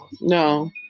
No